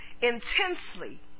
intensely